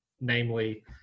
namely